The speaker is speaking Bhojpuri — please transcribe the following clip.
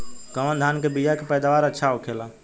कवन धान के बीया के पैदावार अच्छा होखेला?